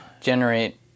generate